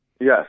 Yes